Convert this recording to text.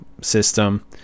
system